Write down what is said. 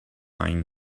wine